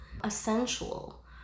essential